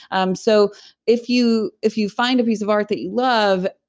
um so if you if you find a piece of art that you love,